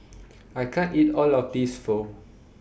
I can't eat All of This Pho